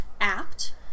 apt